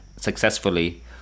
successfully